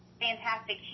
fantastic